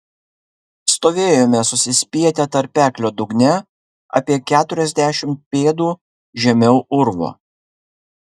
stovėjome susispietę tarpeklio dugne apie keturiasdešimt pėdų žemiau urvo